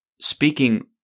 speaking